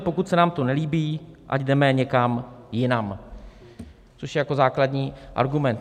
Pokud se nám to nelíbí, ať jdeme někam jinam, což je jako základní argument.